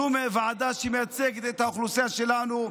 זו ועדה שמייצגת את האוכלוסייה שלנו,